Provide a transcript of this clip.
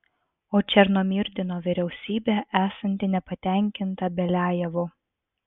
o černomyrdino vyriausybė esanti nepatenkinta beliajevu